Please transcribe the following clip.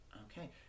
Okay